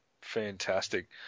fantastic